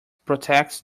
protects